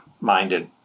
minded